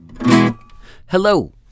Hello